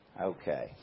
Okay